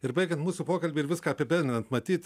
ir baigiant mūsų pokalbį ir viską apibendrinant matyt